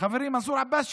חברי מנסור עבאס.